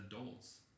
adults